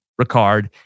Ricard